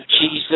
Jesus